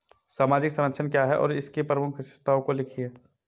सामाजिक संरक्षण क्या है और इसकी प्रमुख विशेषताओं को लिखिए?